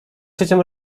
ciocią